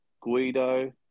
Guido